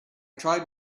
tried